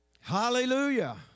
Hallelujah